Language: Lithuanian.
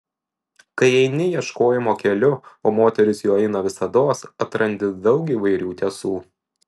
kai eini ieškojimo keliu o moteris juo eina visados atrandi daug įvairių tiesų